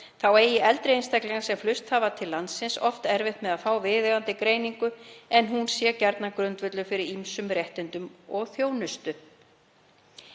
Þá eigi eldri einstaklingar sem flust hafa til landsins oft erfitt með að fá viðeigandi greiningu en hún sé gjarnan grundvöllur fyrir ýmsum réttindum og þjónustu.